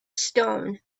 stone